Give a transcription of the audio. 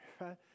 right